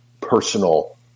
personal